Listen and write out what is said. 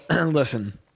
listen